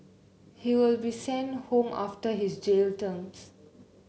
he will be sent home after his jail terms